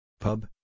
PUB –